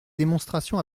démonstration